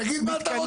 תגיד מה אתה רוצה.